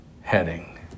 heading